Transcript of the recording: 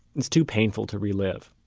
it's too painful to relive.